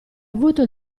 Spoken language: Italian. avuto